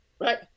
Right